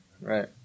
right